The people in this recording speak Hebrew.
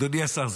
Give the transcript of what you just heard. אדוני השר?